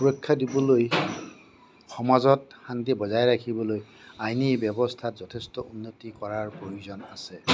সুৰক্ষা দিবলৈ সমাজত শান্তি বজাই ৰাখিবলৈ আইনী ব্যৱস্থাত যথেষ্ট উন্নতি কৰাৰ প্ৰয়োজন আছে